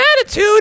attitude